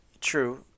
True